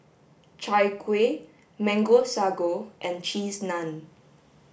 chai kueh mango sago and cheese naan